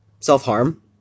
self-harm